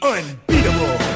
Unbeatable